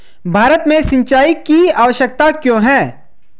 भारत में सिंचाई की आवश्यकता क्यों है?